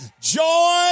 Joy